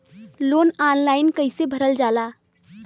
Loan online कइसे भरल जाला?